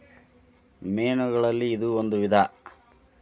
ಮೇನುಗಳಲ್ಲಿ ಇದು ಒಂದ ವಿಧಾ